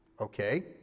Okay